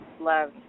love